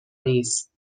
نیست